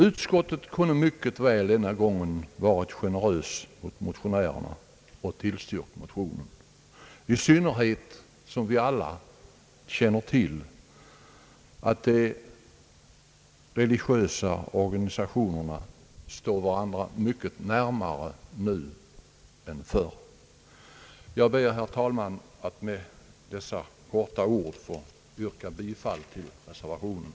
Utskottet kunde mycket väl ha varit generöst mot motionärerna och tillstyrkt motionen, i synnerhet som vi alla känner till att de religiösa organisationerna står varandra mycket närmare nu än förr. Jag ber, herr talman, att med dessa ord få yrka bifall till reservationen.